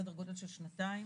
סדר גודל של שנתיים.